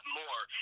more